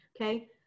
okay